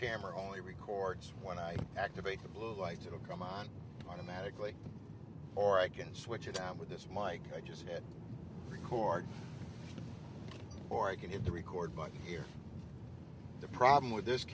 camera only records when i activate the blue lights it'll come on automatically or i can switch it out with this mike i just hit record or i can hit the record button here the problem with this